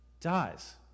dies